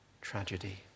tragedy